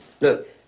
Look